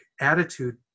attitude